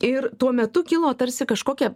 ir tuo metu kilo tarsi kažkokia